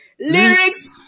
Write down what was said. Lyrics